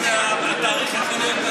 שהתאריך יכול להיות,